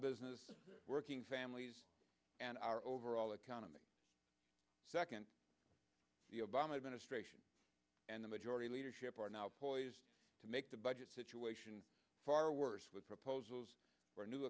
business working families and our overall economy second the obama administration and the majority leadership are now poised to make the budget situation far worse with proposals for a new